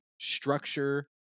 structure